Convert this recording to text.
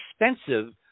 expensive